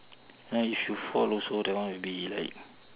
ya you should fall also that one will be like